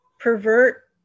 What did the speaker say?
pervert